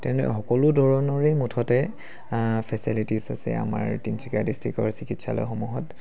তেনে সকলো ধৰণৰে মুঠতে ফেচিলিটিছ আছে আমাৰ তিনিচুকীয়া ডিষ্ট্ৰিক্টৰ চিকিৎসালয়সমূহত